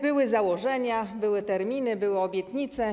Były założenia, były terminy, były obietnice.